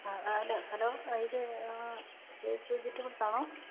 ആ ആ hello hello ഇത് ഗ്രേസ് വെജിറ്റബിള്സ് ആണോ